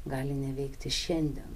gali neveikti šiandien